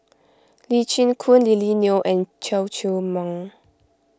Lee Chin Koon Lily Neo and Chew Chor Meng